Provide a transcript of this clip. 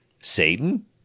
Satan